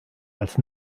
als